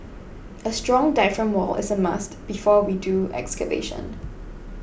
a strong diaphragm wall is a must before we do excavation